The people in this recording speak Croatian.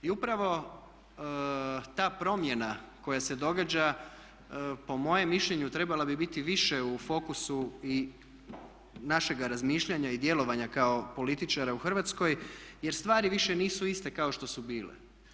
I upravo ta promjena koja se događa po mojem mišljenju trebala bi biti više u fokusu i našeg razmišljanja i djelovanja kao političara u Hrvatskoj jer stvari više nisu iste kao što su bile.